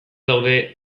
daude